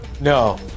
No